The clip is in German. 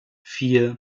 vier